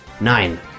Nine